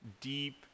deep